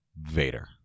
Vader